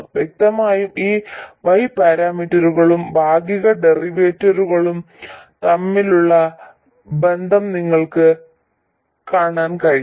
വ്യക്തമായും ഈ y പാരാമീറ്ററുകളും ഈ ഭാഗിക ഡെറിവേറ്റീവുകളും തമ്മിലുള്ള ബന്ധം നിങ്ങൾക്ക് കാണാൻ കഴിയും